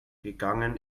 gegangen